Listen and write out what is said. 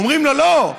אומרים לו: לא,